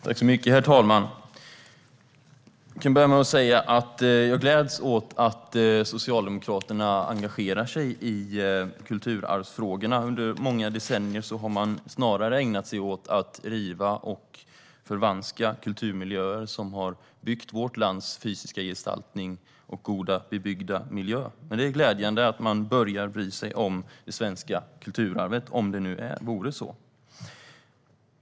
Herr talman! Jag kan börja med att säga att jag gläds åt att Socialdemokraterna engagerar sig i kulturarvsfrågorna. Under många decennier har man snarare ägnat sig åt att riva och förvanska kulturmiljöer - det handlar om vårt lands fysiska gestaltning och goda bebyggda miljö. Men det är glädjande att man börjar bry sig om det svenska kulturarvet, om det nu är så.